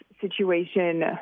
situation